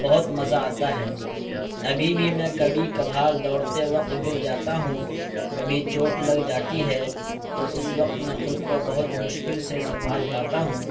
بہت مزہ آتا ہے ابھی بھی میں کبھی کبھار دوڑتے وقت گر جاتا ہوں کبھی چوٹ لگ جاتی ہے تو اس وقت میں خود کو بہت مشکل سے سنبھال پاتا ہوں